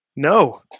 No